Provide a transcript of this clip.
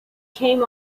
came